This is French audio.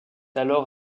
alors